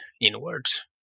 inwards